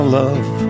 love